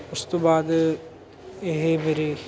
ਉਸ ਤੋਂ ਬਾਅਦ ਇਹ ਮੇਰੀ